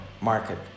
market